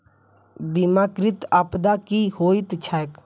बीमाकृत आपदा की होइत छैक?